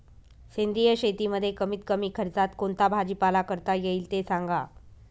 सेंद्रिय शेतीमध्ये कमीत कमी खर्चात कोणता भाजीपाला करता येईल ते सांगा